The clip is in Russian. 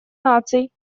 наций